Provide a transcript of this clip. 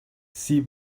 sie